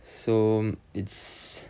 so it's